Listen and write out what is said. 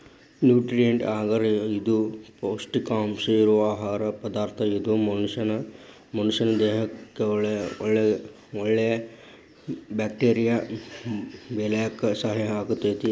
nutrient agar ಇದು ಪೌಷ್ಟಿಕಾಂಶ ಇರೋ ಆಹಾರ ಪದಾರ್ಥ ಇದು ಮನಷ್ಯಾನ ದೇಹಕ್ಕಒಳ್ಳೆ ಬ್ಯಾಕ್ಟೇರಿಯಾ ಬೆಳ್ಯಾಕ ಸಹಾಯ ಆಗ್ತೇತಿ